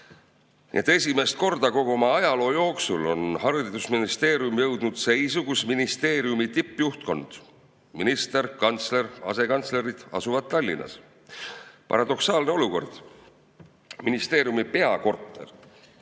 Esimest korda kogu oma ajaloo jooksul on haridusministeerium jõudnud seisu, kus ministeeriumi tippjuhtkond, see tähendab minister, kantsler ja asekantslerid asuvad Tallinnas. Paradoksaalne olukord. Ministeeriumi peakorter